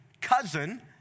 cousin